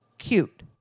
cute